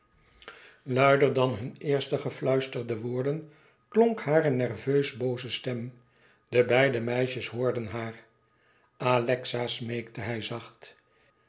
luider dan hun eerst gefluisterde woorden klonk hare nerveus booze stem de beide meisjes hoorden haar alexa smeekte hij zacht